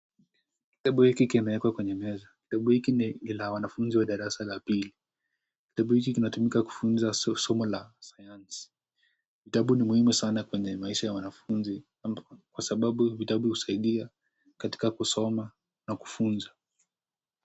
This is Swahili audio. Kitabu hiki kimewekwa kwenye meza, kitabu hiki ni la wanafunzi wa darasa la pili. Kitabu hiki kinatumika kufunza somo la sayansi ,vitabu ni muhimu sana kwenye maisha ya wanafunzi kwa sababu vitabu husaidia katika kusoma na kufunza.